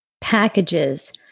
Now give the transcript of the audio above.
Packages